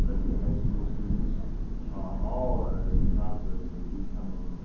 graduating high school students all are in the process of becoming